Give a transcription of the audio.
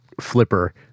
flipper